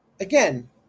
Again